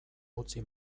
utzi